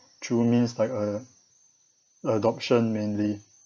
through means like uh adoption mainly